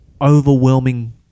overwhelming